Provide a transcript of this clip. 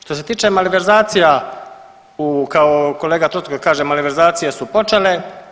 Što se tiče malverzacija, kao kolega Troskot kaže malverzacije su počele.